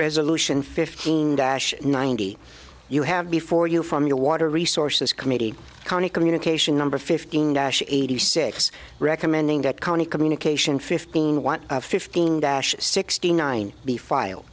resolution fifteen dash ninety you have before you from your water resources committee county communication number fifteen dash eighty six recommending that county communication fifteen want fifteen sixty nine be file